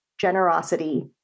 generosity